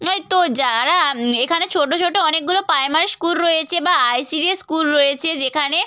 ওই তো যারা এখানে ছোট ছোট অনেকগুলো প্রাইমারি স্কুল রয়েছে বা আইসিডিএস স্কুল রয়েছে যেখানে